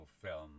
film